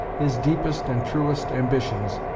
his deepest and truest ambitions,